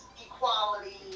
equality